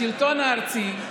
השלטון הארצי,